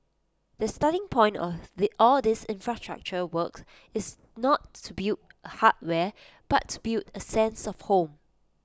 the starting point of all these infrastructure work is not to build hardware but to build A sense of home